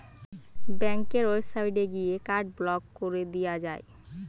ব্যাংকের ওয়েবসাইটে গিয়ে কার্ড ব্লক কোরে দিয়া যায়